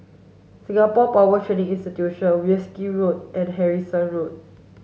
Singapore Power Training Institute Wolskel Road and Harrison Road